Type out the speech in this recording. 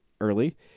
early